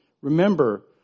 Remember